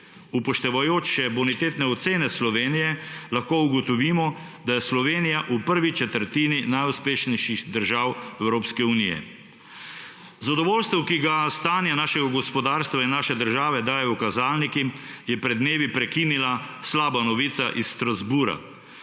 Upoštevajoč še bonitetne ocene Slovenije, lahko ugotovimo, da je Slovenija v prvi četrtini najuspešnejših držav Evropske unije. Zadovoljstvo, ki ga stanje našega gospodarstva in naše države dajejo kazalniki, je pred dnevi prekinila slaba novica iz Strasbourga.